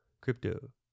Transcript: crypto